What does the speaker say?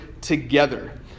together